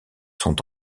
sont